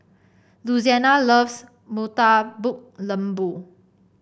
Louisiana loves Murtabak Lembu